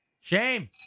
Shame